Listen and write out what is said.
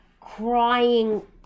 crying